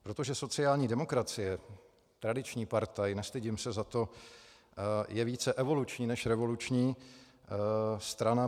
Za to, že sociální demokracie tradiční partaj, nestydím se za to je více evoluční než revoluční strana.